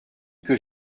que